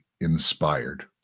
inspired